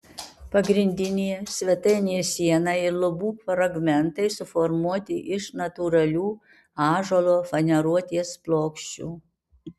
pagrindinė svetainės siena ir lubų fragmentai suformuoti iš natūralių ąžuolo faneruotės plokščių